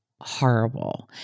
horrible